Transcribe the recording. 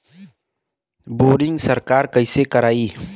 Boring सरकार कईसे करायी?